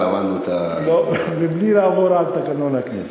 בזכות המחאה למדנו את, בלי לעבור על תקנון הכנסת.